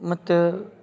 ಮತ್ತು